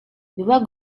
była